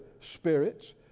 spirits